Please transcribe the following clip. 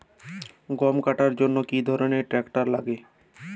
গম কাটার জন্য কি ধরনের ট্রাক্টার লাগে?